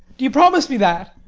do you promise me that?